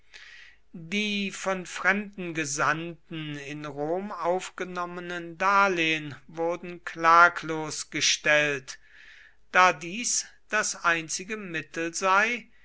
die von fremden gesandten in rom aufgenommenen darlehen wurden klaglos gestellt da dies das einzige mittel sei